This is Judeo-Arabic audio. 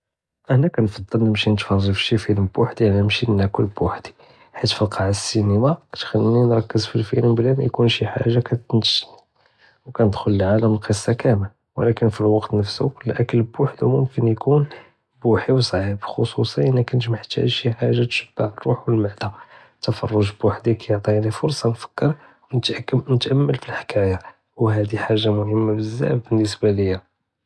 אנא כנפעל נמשי נתפראג פי שי פילם בוחדי עלא נמשי נאכל בוחדי, חית פי קעה אלסינמה כתחליני נרכז פי אלפילם בלא מא יכון שי חאגה כתנשיני וכנדחל לעאלם אלקסה קאמל. ולקין פי אלוואקט נפסו, האלכיל בוחדו מוכנ יכון בוחדי וסעיב, חוסוסאן אידה קנט מחתאג' שי חאגה תשבע אלרוח ואלמעדה. אלתפרג בוחדי כיעטיני פורסה נפכר ונתחכם ונתאמל פי אלחקאיה, וחדי חאגה מומיה בזאף באלנسبة ליא.